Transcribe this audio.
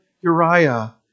Uriah